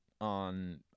on